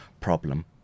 problem